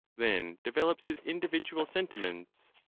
than develops his individual sentiments?